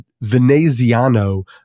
Veneziano